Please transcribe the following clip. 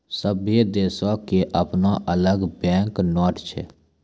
सभ्भे देशो के अपनो अलग बैंक नोट छै